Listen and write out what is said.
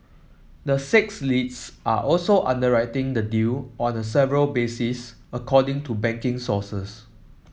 the six leads are also underwriting the deal on the several basis according to banking sources